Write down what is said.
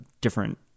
different